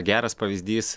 geras pavyzdys